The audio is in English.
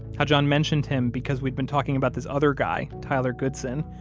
how john mentioned him because we'd been talking about this other guy, tyler goodson,